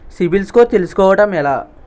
CIBIL score తెల్సుకోటం ఎలా?